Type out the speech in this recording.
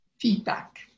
feedback